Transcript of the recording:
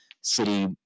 city